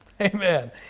Amen